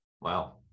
Wow